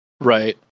Right